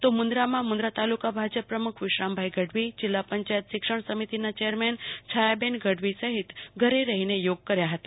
તો મુન્દ્રા તાલુકા ભાજપ પ્રમુખ વિશ્રામભાઈ ગઢવી જિલ્લા પંચાયત શિક્ષણ સમિતિના ચેરમેન છાયાબેન ગઢવી ઘરે રહીને યોગ કર્યા હતા